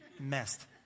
messed